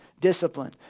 discipline